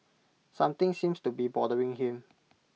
something seems to be bothering him